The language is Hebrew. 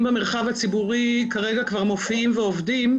במרחב הציבורי כרגע כבר מופיעים ועובדים,